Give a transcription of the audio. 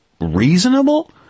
reasonable